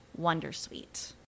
Wondersuite